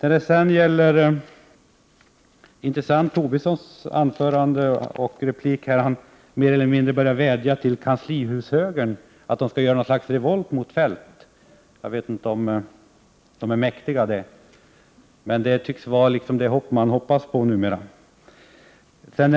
En intressant sak i Lars Tobissons anförande och replik var att han mer eller mindre började vädja till kanslihushögern att göra något slags revolt mot Feldt. Jag vet inte om den är mäktig att göra det, men det tycks vara vad man hoppas på numera.